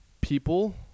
People